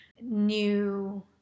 new